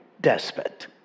despot